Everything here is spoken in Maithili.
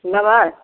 लेबै